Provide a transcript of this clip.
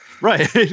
Right